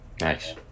Nice